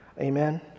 Amen